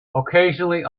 occasionally